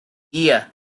iya